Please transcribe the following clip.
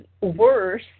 worse